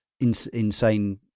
insane